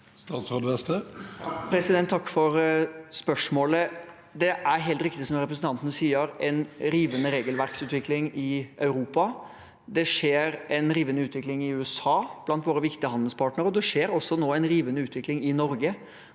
Takk for spørsmålet. Det er helt riktig som representanten sier, at det er en rivende regelverksutvikling i Europa. Det skjer en rivende utvikling i USA og blant våre viktige handelspartnere. Det skjer også nå en rivende utvikling i Norge,